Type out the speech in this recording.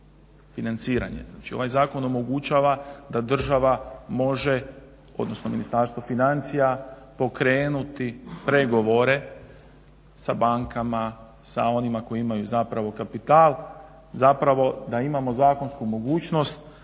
financiranje, ovaj zakon omogućava da država može odnosno Ministarstvo financija pokrenuti pregovore sa bankama, sa onima koji imaju kapital da imamo zakonsku mogućnost